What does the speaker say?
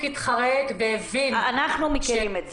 התחרט והבין --- אנחנו מכירים את זה,